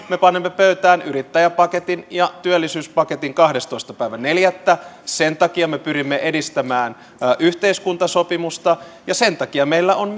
me panemme pöytään yrittäjäpaketin ja työllisyyspaketin kahdestoista neljättä sen takia me pyrimme edistämään yhteiskuntasopimusta ja sen takia meillä on